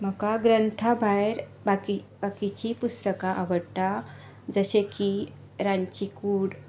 म्हाका ग्रंथा भायर बाकी बाकीचींय पुस्तकां आवडटा जशें की रांदची कूड